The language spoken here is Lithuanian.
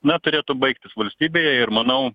na turėtų baigtis valstybėje ir manau